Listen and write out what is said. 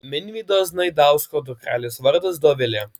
minvydo znaidausko dukrelės vardas dovilė